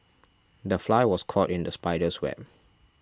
the fly was caught in the spider's web